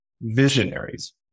visionaries